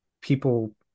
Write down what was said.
people